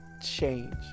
change